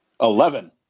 Eleven